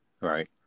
Right